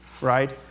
right